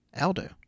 Aldo